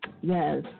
Yes